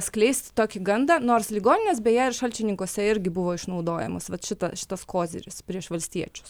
skleisti tokį gandą nors ligoninės beje ir šalčininkuose irgi buvo išnaudojamos vat šita šitas koziris prieš valstiečius